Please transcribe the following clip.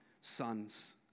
sons